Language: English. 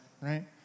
right